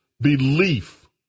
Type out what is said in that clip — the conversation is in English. belief